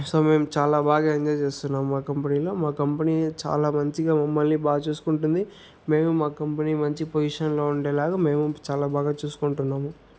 so మేము చాలా బాగా ఎంజాయ్ చేస్తున్నాము ఆ కంపెనీలో మా కంపెనీ చాలా మంచిగా మమ్మల్ని బాగా చూసుకుంటుంది మేము మా కంపెనీ మంచి పొజిషన్లో ఉండేలాగా మేము చాలా బాగా చూసుకుంటున్నాము